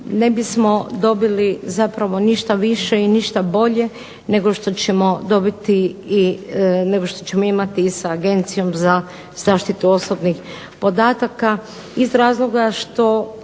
ne bismo dobili zapravo ništa više i ništa bolje nego što ćemo imati i sa Agencijom za zaštitu osobnih podataka iz razloga što